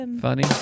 funny